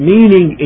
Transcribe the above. Meaning